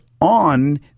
on